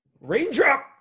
Raindrop